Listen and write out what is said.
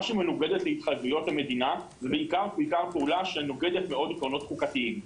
שמנוגדת להתחייבויות המדינה ובעיקר פעולה שנוגעת מאוד עקרונות חוקתיים.